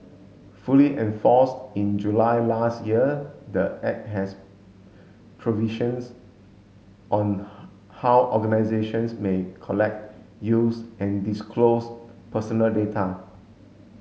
fully enforced in July last year the Act has provisions on how organisations may collect use and disclose personal data